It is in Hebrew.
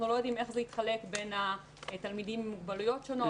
לא יודעים איך זה התחלק בין התלמידים עם מוגבלויות שונות,